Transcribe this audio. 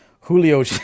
Julio